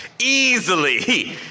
Easily